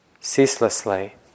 ceaselessly